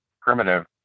primitive